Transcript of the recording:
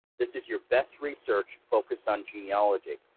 this is your best research focused on genealogy.